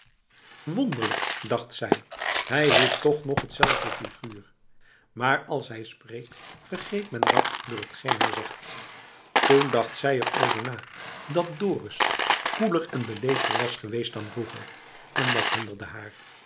wonderlijk dacht zij hij heeft toch nog hetzelfde figuur maar als hij spreekt vergeet men dat door t geen hij zegt toen dacht zij er over na dat dorus koeler en beleefder was geweest dan vroeger en dat hinderde haar